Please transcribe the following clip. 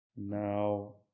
Now